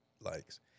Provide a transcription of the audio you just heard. likes